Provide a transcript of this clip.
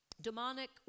demonic